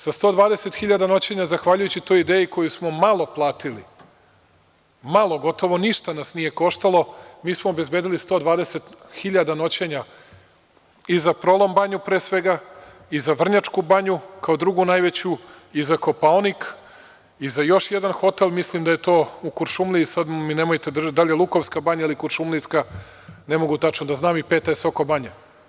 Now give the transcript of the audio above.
Sa 120.000 noćenja, zahvaljujući toj ideji koju smo malo platili, malo, gotovo ništa nas nije koštalo, mi smo obezbedili 120.000 noćenja i za Prolom banju, pre svega, i za Vrnjačku banju, kao drugu najveću, i za Kopaonik i za još jedan hotel, mislim da je to u Kuršumliji, da li je Lukovska banja ili Kuršumlijska, ne mogu tačno da znam, i peta je Sokobanja.